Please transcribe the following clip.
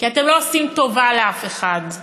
כי אתם לא עושים טובה לאף אחד,